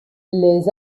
les